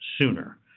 sooner